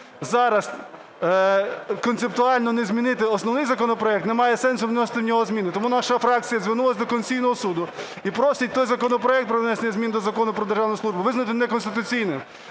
зараз концептуально не змінити основний законопроект, немає сенсу вносити в нього зміни. Тому наша фракція звернулась до Конституційного Суду і просить той законопроект про внесення змін до Закону "Про державну службу" визнати неконституційним.